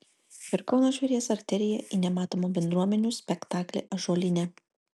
per kauno žvėries arteriją į nematomą bendruomenių spektaklį ąžuolyne